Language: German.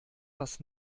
was